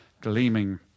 Gleaming